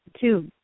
two